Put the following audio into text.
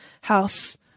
house